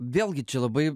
vėlgi čia labai